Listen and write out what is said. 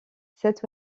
cet